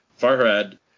Farhad